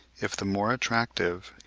if the more attractive,